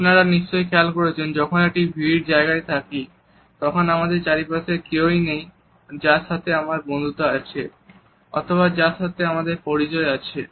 আপনারা নিশ্চয়ই খেয়াল করেছেন আমরা যখন একটি ভীড় জায়গায় থাকি যখন আমাদের চারিপাশে এমন কেউ নেই যার সাথে আমাদের বন্ধুত্ব আছে অথবা যার সাথে আমাদের পরিচয় আছে